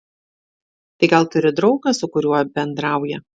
tai gal turi draugą su kuriuo bendrauja